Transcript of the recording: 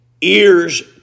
ears